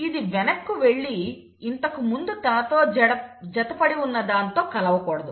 ఇది వెనక్కు వెళ్లి ఇంతకుముందు తనతో జతపడి ఉన్న దాంతో కలవకూడదు